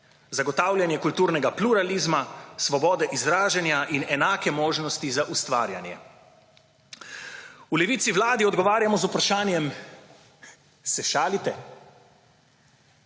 Zagotavljanje kulturnega pluralizma, svobodne izražanja in enake možnosti za ustvarjanje. V Levici Vladi odgovarjamo z vprašanjem, se šalite.